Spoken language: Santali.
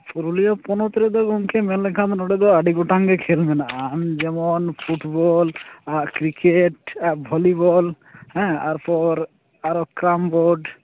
ᱯᱩᱨᱩᱞᱤᱭᱟᱹ ᱦᱚᱱᱚᱛ ᱨᱮᱫᱚ ᱜᱚᱢᱠᱮ ᱢᱮᱱ ᱞᱮᱠᱷᱟᱱ ᱫᱚ ᱱᱚᱰᱮ ᱫᱚ ᱟᱹᱰᱤ ᱜᱚᱴᱟᱝ ᱜᱮ ᱠᱷᱮᱞ ᱢᱮᱱᱟᱜᱼᱟ ᱡᱮᱢᱚᱱ ᱯᱷᱩᱴᱵᱚᱞ ᱟᱨ ᱠᱨᱤᱠᱮᱴ ᱟᱨ ᱵᱷᱚᱞᱤᱵᱚᱞ ᱦᱮᱸ ᱛᱟᱨᱯᱚᱨ ᱟᱨᱚ ᱠᱨᱟᱢᱵᱳᱨᱰ